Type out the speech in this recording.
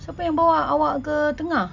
siapa yang bawa awak ke tengah